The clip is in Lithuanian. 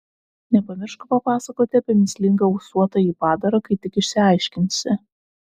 nepamiršk papasakoti apie mįslingą ūsuotąjį padarą kai tik išsiaiškinsi